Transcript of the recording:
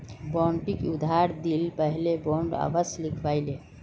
बंटिक उधार दि ल पहले बॉन्ड अवश्य लिखवइ ले